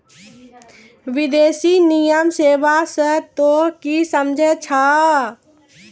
विदेशी विनिमय सेवा स तोहें कि समझै छौ